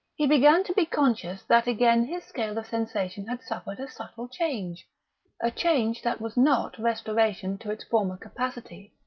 he began to be conscious that again his scale of sensation had suffered a subtle change a change that was not restoration to its former capacity,